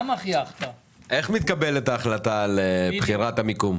איך מתקבלת ההחלטה על בחירת המיקום?